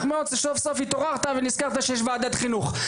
מאוד שסוף סוף התעוררת ונזכרת שיש ועדת חינוך.